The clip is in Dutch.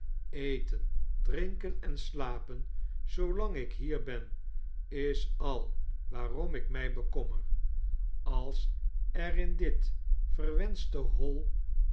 eten drinken en slapen zoolang ik hier ben is al waarom ik mij bekommer als er in dit verwenschte hoi